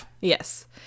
Yes